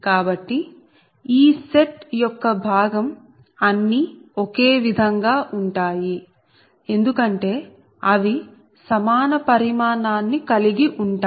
కాబట్టి ఈ సెట్ యొక్క భాగం అన్నీ ఒకే విధంగా ఉంటాయి ఎందుకంటే అవి సమాన పరిమాణాన్ని కలిగి ఉంటాయి